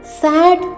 sad